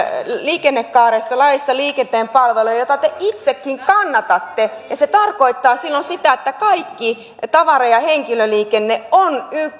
liikennekaaressa laissa liikenteen palveluista jota te itsekin kannatatte ja se tarkoittaa silloin sitä että kaikki tavara ja henkilöliikenne on